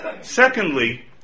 Secondly